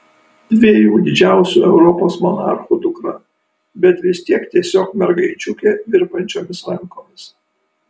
dviejų didžiausių europos monarchų dukra bet vis tiek tiesiog mergaičiukė virpančiomis rankomis